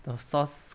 the sauce